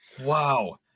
wow